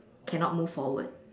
cannot move forward